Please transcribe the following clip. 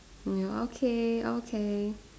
ya okay okay